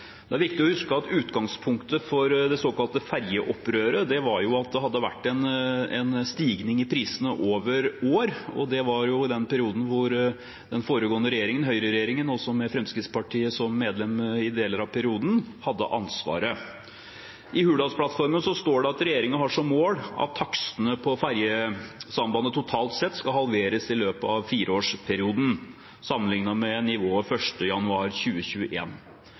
Det er viktig å huske at utgangspunktet for det såkalte ferjeopprøret var at det hadde vært en stigning i prisene over år. Det var i den perioden da den foregående regjeringen – høyreregjeringen hvor Fremskrittspartiet var med i deler av perioden – hadde ansvaret. I Hurdalsplattformen står det at regjeringen har som mål at takstene på ferjesambandet totalt sett skal halveres i løpet av fireårsperioden sammenliknet med nivået fra den 1. januar